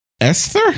Esther